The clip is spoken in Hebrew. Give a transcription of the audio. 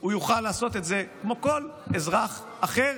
הוא יוכל לעשות את זה כמו כל אזרח אחר,